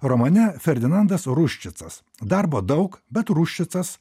romane ferdinandas ruščicas darbo daug bet ruščicas